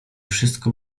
wszystko